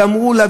ואמרו לה,